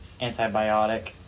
antibiotic